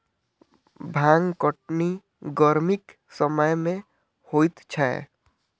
भांग कटनी गरमीक समय मे होइत छै